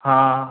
हाँ